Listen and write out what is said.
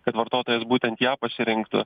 kad vartotojas būtent ją pasirinktų